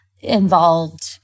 involved